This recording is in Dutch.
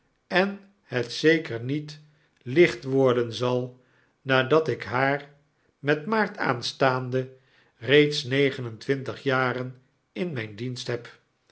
en het zeker niet licht worden zal nadat ik haar met maart aanstaande reeds negen en twintig jaren in mijn dienst heb